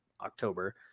October